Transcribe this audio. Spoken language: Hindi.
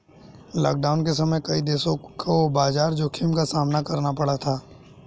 लॉकडाउन के समय कई देशों को बाजार जोखिम का सामना करना पड़ा था